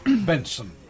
Benson